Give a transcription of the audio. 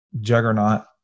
juggernaut